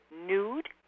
nude